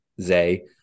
Zay